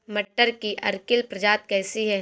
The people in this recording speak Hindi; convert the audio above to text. मटर की अर्किल प्रजाति कैसी है?